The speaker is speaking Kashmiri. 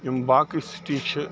یِم باقٕے سِٹی چھِ